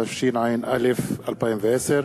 התשע"א 2010,